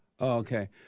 okay